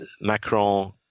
Macron